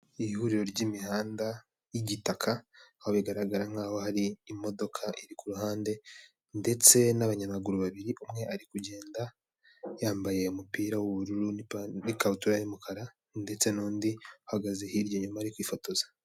Ihuriro ry'imihanda y'igitaka aho bigaragara nk'aho hari imodoka iri ku ruhande, ndetse n'abanyamaguru babiri umwe ari kugenda yambaye umupira w'ubururu, n'ikabutura y'umukara ndetse n'undi uhagaze hirya nyuma ari kwifotoza.